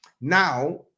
Now